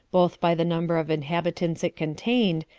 both by the number of inhabitants it contained,